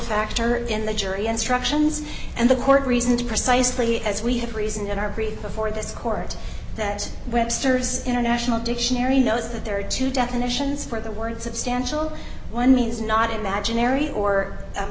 factor in the jury instructions and the court reasoned precisely as we have reason in our brief before this court that webster's international dictionary knows that there are two definitions for the word substantial one means not imaginary or